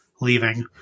leaving